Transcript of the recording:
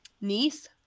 niece